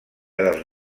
dels